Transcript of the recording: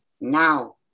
Now